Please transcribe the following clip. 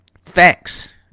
facts